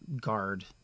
guard